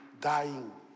dying